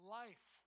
life